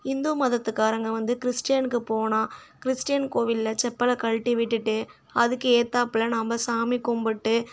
இந்து மதத்துக்காரங்க வந்து கிறிஸ்டியனுக்கு போனால் கிறிஸ்டின் கோவிலில் செப்பலை கழட்டி விட்டுவிட்டு அதுக்கேற்றாப்புல நம்ம சாமி கும்பிட்டு